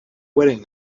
wedding